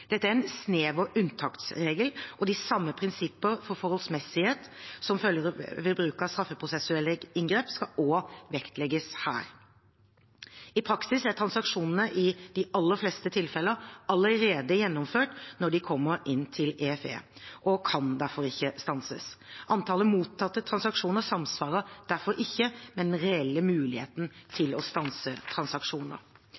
Dette er en snever unntaksregel, og de samme prinsippene for forholdsmessighet som følger ved bruk av straffeprosessuelle inngrep, skal også vektlegges her. I praksis er transaksjonene i de aller fleste tilfeller allerede gjennomført når de kommer inn til EFE, og kan derfor ikke stanses. Antall mottatte transaksjoner samsvarer derfor ikke med den reelle muligheten